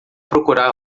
procurar